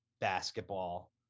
basketball